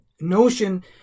Notion